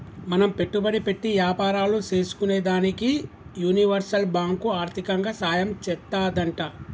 మనం పెట్టుబడి పెట్టి యాపారాలు సేసుకునేదానికి యూనివర్సల్ బాంకు ఆర్దికంగా సాయం చేత్తాదంట